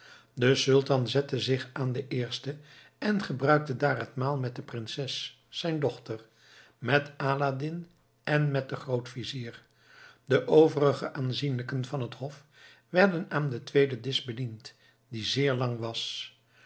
de sultan zette zich aan de eerste en gebruikte daar het maal met de prinses zijn dochter met aladdin en met den grootvizier de overige aanzienlijken van het hof werden aan den tweeden disch bediend die zeer lang was